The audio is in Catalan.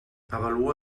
avalua